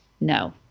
No